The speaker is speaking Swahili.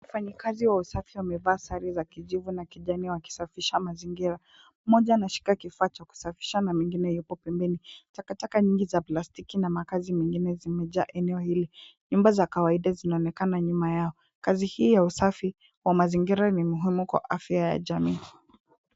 Wafanyikazi wa usafi wamevaa sare za kijivu na kijani wakisafisha mazingira. Mmoja anashika kifaa cha kusafisha na mwingine yupo pembeni. Takataka nyingi za plastiki na makaa zingine zimejaa eneo hili. Nyumba za kawaida zinaonekana nyuma yao. Kazi hii ya usafi wa mazingira ni muhimu kwa afya ya jamii.